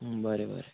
बरें बरें